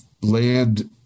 land